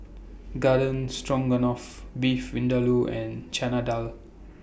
Garden Stroganoff Beef Vindaloo and Chana Dal